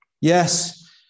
Yes